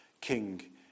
King